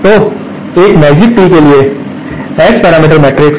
तो एक magic T के लिए एस पैरामीटर मैट्रिक्स